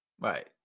right